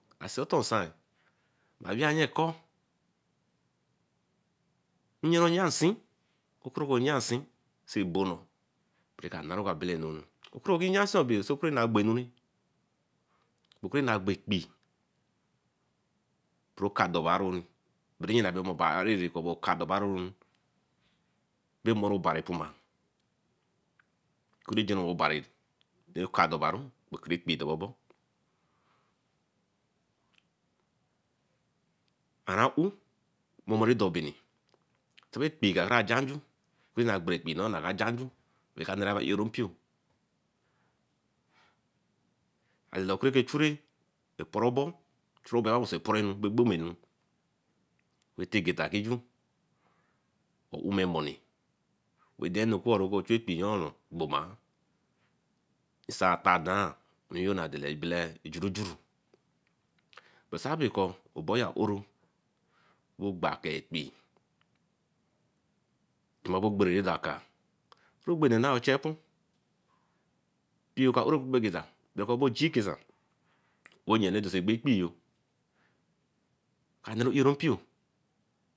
Asin otor nsan eh ayen kor yoroyansin oporokoyansin sey bono berekena bele enu nor. Prekinyansi beh ku beh bah gbo enuree beh kuru ba gbe ekpee proka dobayoru oka dobaronu beh mari obari ppuma okuru jonru obari dey ka dor ba ru ekpee dobor aran ovi momor ra dor bini tebe ekpee ka ba ja nju, ekuro ba gbe ekpee ka ba jan nju eka nerebaā ore mpio and kureke chun oporobor chura wen so operennu gbo gbo menu etegeta biin ju oh ovi memoni ordainukor reka chu ekpee yoor kpoma nsa ata daān nyobadde ebele jurujuru bor sabekor mpioyo ah oro wo gba kai ekpee, tuna ogberoyo darkaa tin ogbere ochenpor mpio ka oro kube geta ogee kesan wey neru dor sey ogbe ekpeeyo ka neru ero mpio.